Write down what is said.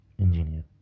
engineer